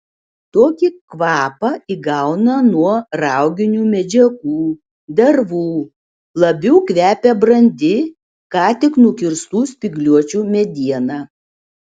tokį kvapą įgauna nuo rauginių medžiagų dervų labiau kvepia brandi ką tik nukirstų spygliuočių mediena